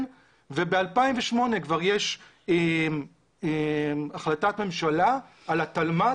וב-2008 כבר יש החלטת ממשלה על התלמ"ת,